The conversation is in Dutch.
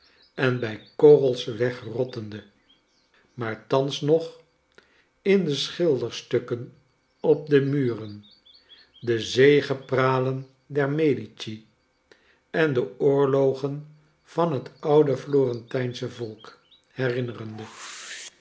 en bij korrels wegrottende maar thans nog in de schilderstukken op de muren de zegepralen der medici en de oorlogen van het oude florentijnsche volkherinnerende